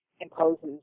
imposes